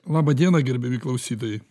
laba diena gerbiami klausytojai